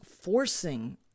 forcing